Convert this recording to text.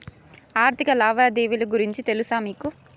ఆర్థిక లావాదేవీల గురించి తెలుసా మీకు